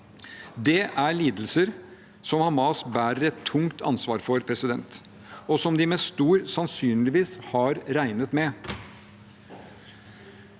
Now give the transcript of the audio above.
Det er lidelser som Hamas bærer et tungt ansvar for, og som de med stor sannsynlighet har regnet med.